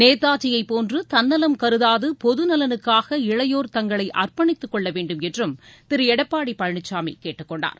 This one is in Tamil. நேதாஜியை போன்று தன்னலம் கருதாது பொது நலனுக்காக இளையோர் தங்களை அர்ப்பணித்துக்கொள்ள வேண்டும் என்றம் திரு எடப்பாடி பழனிசாமி கேட்டுக்கொண்டார்